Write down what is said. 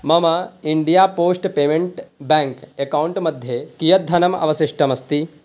मम India post payment bank अकौण्ट्मध्ये कियत् धनम् अवशिष्टमस्ति